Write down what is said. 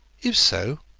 if so,